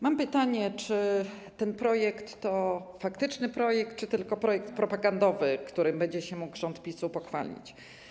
Mam pytanie, czy ten projekt to faktyczny projekt, czy tylko projekt propagandowy, którym będzie się mógł rząd PiS-u pochwalić.